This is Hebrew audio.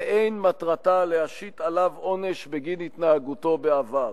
ואין מטרתה להשית עליו עונש בגין התנהגותו בעבר.